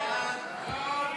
סעיפים